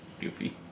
goofy